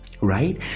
right